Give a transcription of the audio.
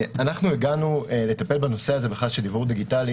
הגענו לטפל בנושא הזה של דיוור דיגיטלי